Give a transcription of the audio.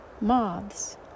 moths